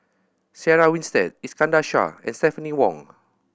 Sarah Winstedt Iskandar Shah and Stephanie Wong